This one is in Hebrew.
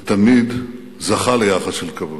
ותמיד זכה ליחס של כבוד.